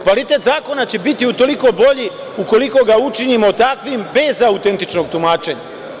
Kvalitet zakona će bitu utoliko bolji ukoliko ga učinimo takvim bez autentičnog tumačenja.